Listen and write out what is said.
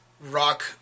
rock